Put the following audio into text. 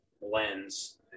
lens